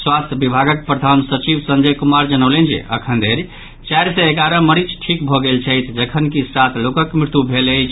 स्वास्थ्य विभागक प्रधान सचिव संजय कुमार जनौलनि जे अखन धरि चारि सय एगारह मरीज ठीक भऽ गेल छथि जखनकि सात लोकक मृत्यु भेल अछि